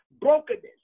brokenness